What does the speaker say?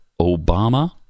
Obama